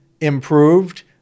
improved